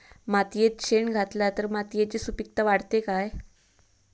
मातयेत शेण घातला तर मातयेची सुपीकता वाढते काय?